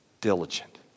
diligent